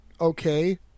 okay